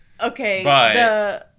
Okay